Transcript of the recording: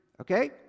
Okay